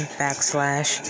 backslash